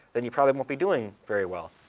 then you probably won't be doing very well.